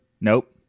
nope